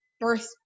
birth